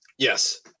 Yes